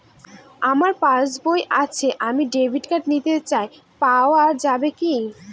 আমার পাসবই আছে আমি ডেবিট কার্ড নিতে চাই পাওয়া যাবে কি?